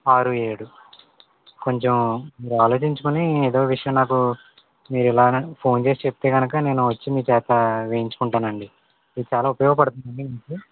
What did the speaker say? ఆరు ఏడు కొంచెం మీరు ఆలోచించుకొని ఏదో విషయం నాకు మీరిలా ఫోన్ చేసి చెప్తే కనుక నేను వచ్చి మీ చేత వేయించుకుంటానండి ఇది చాలా ఉపయోగపడుతుందండి మీకు